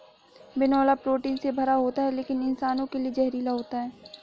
बिनौला प्रोटीन से भरा होता है लेकिन इंसानों के लिए जहरीला होता है